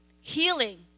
healing